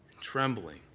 trembling